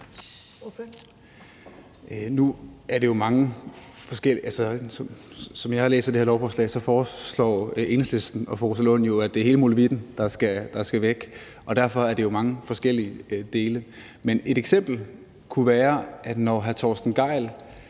Bjørn Brandenborg (S): Sådan som jeg læser det her lovforslag, foreslår Enhedslisten og fru Rosa Lund, at det er hele molevitten, der skal væk, og derfor er det jo mange forskellige dele. Men et eksempel kunne være, at når hr. Torsten Gejl